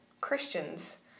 Christians